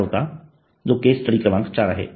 चार होता जो केस स्टडी चार आहे